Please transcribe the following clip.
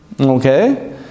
Okay